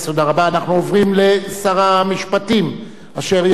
אנחנו עוברים לשר המשפטים, אשר יעלה ויבוא.